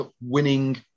winning